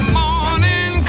morning